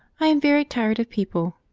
i am very tired of people,